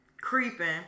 creeping